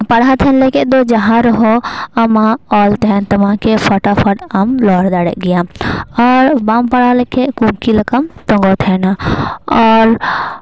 ᱯᱟᱲᱦᱟᱣ ᱛᱟᱦᱮᱱ ᱞᱟᱹᱜᱤᱫ ᱫᱚ ᱡᱟᱦᱟᱸ ᱨᱮᱦᱚᱸ ᱟᱢᱟᱜ ᱚᱞ ᱛᱟᱦᱮᱱ ᱛᱟᱢᱟ ᱠᱮ ᱟᱢ ᱯᱷᱚᱴᱟ ᱯᱷᱚᱴ ᱟᱢ ᱨᱚᱲ ᱫᱟᱲᱮᱜ ᱜᱮᱭᱟᱢ ᱟᱨ ᱵᱟᱢ ᱯᱟᱲᱦᱟᱣ ᱞᱮᱠᱷᱟᱡ ᱠᱩᱝᱠᱤ ᱞᱮᱠᱟᱢ ᱛᱮᱜᱳ ᱛᱟᱦᱮᱱᱟ ᱟᱨ